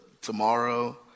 tomorrow